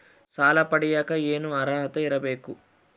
ಸಾಲ ಪಡಿಯಕ ಏನು ಅರ್ಹತೆ ಇರಬೇಕು?